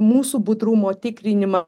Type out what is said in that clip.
mūsų budrumo tikrinimą